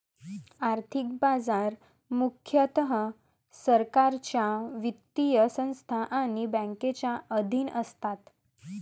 आर्थिक बाजार मुख्यतः सरकारच्या वित्तीय संस्था आणि बँकांच्या अधीन असतात